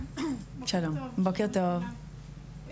בוקר טוב,